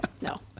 no